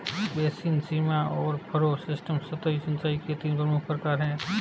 basin, सीमा और furrow system सतही सिंचाई के तीन प्रमुख प्रकार है